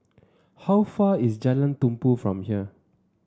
how far is Jalan Tumpu from here